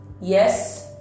yes